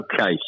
Okay